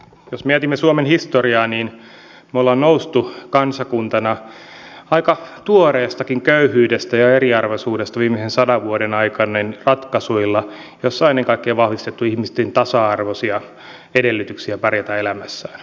jos mietimme suomen historiaa niin me olemme nousseet kansakuntana aika tuoreestakin köyhyydestä ja eriarvoisuudesta viimeisen sadan vuoden aikana ratkaisuilla joilla on ennen kaikkea vahvistettu ihmisten tasa arvoisia edellytyksiä pärjätä elämässään